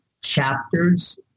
chapters